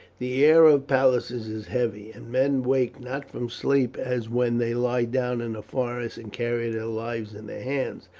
the air of palaces is heavy, and men wake not from sleep as when they lie down in the forest and carry their lives in their hands.